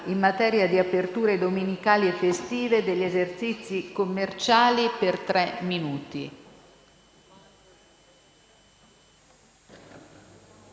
Grazie